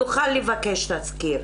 יוכל לבקש תסקיר,